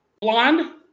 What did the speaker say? Blonde